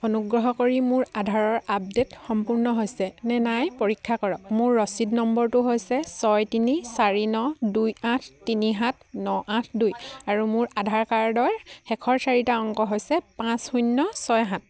অনুগ্ৰহ কৰি মোৰ আধাৰৰ আপডে'ট সম্পূৰ্ণ হৈছে নে নাই পৰীক্ষা কৰক মোৰ ৰচিদ নম্বৰটো হৈছে ছয় তিনি চাৰি ন দুই আঠ তিনি সাত ন আঠ দুই আৰু মোৰ আধাৰ কাৰ্ডৰ শেষৰ চাৰিটা অংক হৈছে পাঁচ শূন্য ছয় সাত